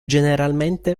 generalmente